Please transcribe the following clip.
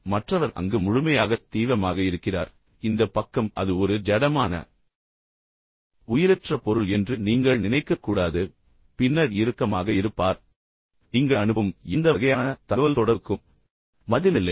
எனவே மற்றவர் அங்கு முழுமையாக தீவிரமாக இருக்கிறார் இந்தப் பக்கம் அது ஒரு ஜடமான உயிரற்ற பொருள் என்று நீங்கள் நினைக்கக்கூடாது பின்னர் இறுக்கமாக இருப்பார் நீங்கள் அனுப்பும் எந்த வகையான தகவல்தொடர்புக்கும் பதில் இல்லை